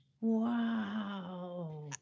Wow